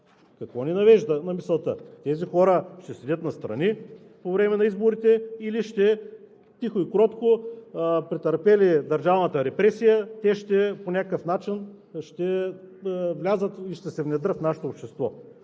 Какво ни навежда на мисълта? Тези хора ще седят настрани по време на изборите, или тихо и кротко, претърпели държавната репресия, по някакъв начин ще влязат и ще се внедрят в нашето общество?!